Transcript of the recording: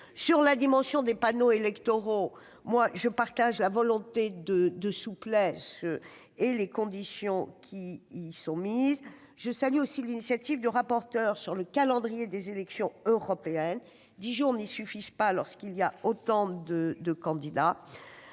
la dimension des panneaux électoraux, je partage la volonté de souplesse et les conditions qui ont été prévues. Je salue aussi l'initiative du rapporteur sur le calendrier des élections européennes : dix jours ne suffisent pas lorsqu'il y a autant de candidats.